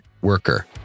Worker